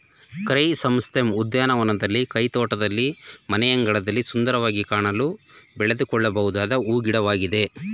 chrysanthemum ಉದ್ಯಾನವನದಲ್ಲಿ, ಕೈತೋಟದಲ್ಲಿ, ಮನೆಯಂಗಳದಲ್ಲಿ ಸುಂದರವಾಗಿ ಕಾಣಲು ಬೆಳೆದುಕೊಳ್ಳಬೊದಾದ ಹೂ ಗಿಡವಾಗಿದೆ